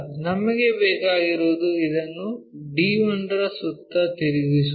ನಮಗೆ ಬೇಕಾಗಿರುವುದು ಇದನ್ನು d1 ರ ಸುತ್ತ ತಿರುಗಿಸುವುದು